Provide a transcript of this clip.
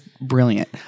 brilliant